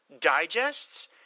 Digests